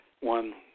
One